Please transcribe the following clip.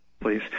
please